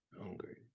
Hungry